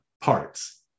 parts